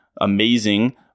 amazing